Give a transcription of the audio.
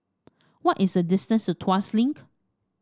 what is the distance Tuas Link